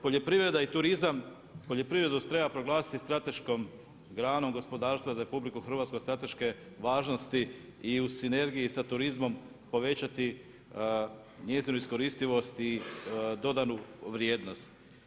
Poljoprivreda i turizam, poljoprivredu treba proglasiti strateškom granom gospodarstva za RH od strateške važnosti i u sinergiji sa turizmom povećati njezinu iskoristivost i dodanu vrijednost.